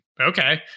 Okay